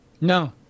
No